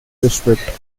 district